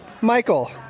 Michael